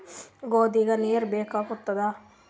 ಗೋಧಿಗ ನೀರ್ ಬೇಕಾಗತದ?